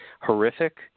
Horrific